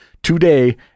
Today